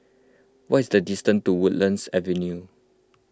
what is the distance to Woodlands Avenue